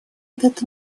этот